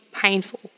painful